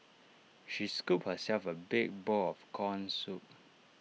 she scooped herself A big bowl of Corn Soup